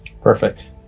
Perfect